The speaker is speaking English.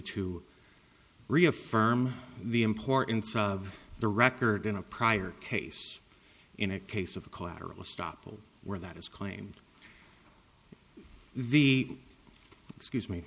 to reaffirm the importance of the record in a prior case in a case of collateral estoppel where that is claimed the excuse me